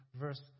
verse